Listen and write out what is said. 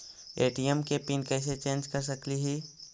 ATM के pin कैसे change कर सकली ही?